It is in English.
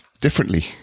differently